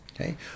okay